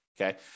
okay